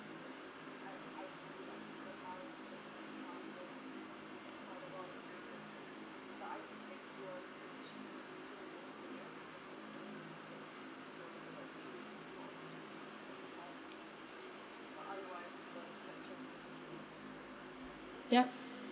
yup